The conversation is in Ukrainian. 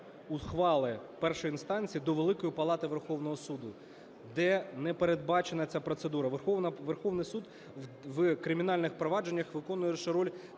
ухвали першої інстанції до Великої палати Верховного Суду, де не передбачена ця процедура. Верховний Суд в кримінальних провадженнях виконує лише